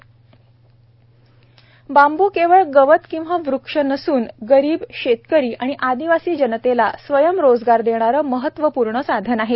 बांबू mission bamboo केवळ गवत किंवा वृक्ष नसून गरीब शेतकरी व आदिवासी जनतेला स्वयं रोजगार देणारे महत्वपूर्ण साधन आहे